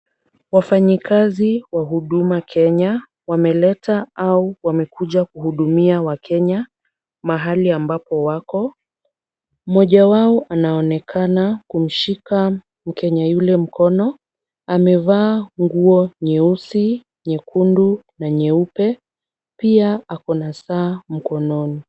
Wafanyikazi wa Huduma Kenya wameleta, ama wamekuja kuhudumia wakenya mahali ambapo wako. Mmoja wao anaonekana kumshika mkenya yule mkono, amevaa nguo nyeusi, nyekundu na nyeupe, pia ako na saa mkononi.